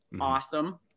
awesome